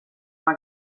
una